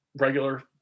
regular